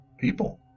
people